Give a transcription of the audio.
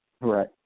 right